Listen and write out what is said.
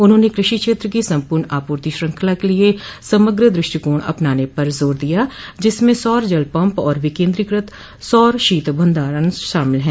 उन्होंने कृषि क्षेत्र की सम्पूर्ण आपूर्ति श्रृंखला के लिए समग्र द्रष्टिकोण अपनाने पर जोर दिया जिसमें सौर जल पम्प और विकेंद्रीकृत सौर शीत भंडारण शामिल है